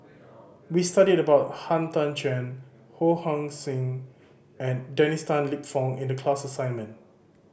we studied about Han Tan Juan Ho Hong Sing and Dennis Tan Lip Fong in the class assignment